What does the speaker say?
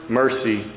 mercy